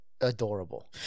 Adorable